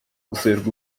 gusabirwa